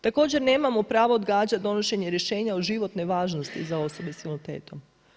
Također nemamo pravo odgađati donošenje rješenja od životne važnosti za osobe sa invaliditetom.